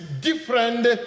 different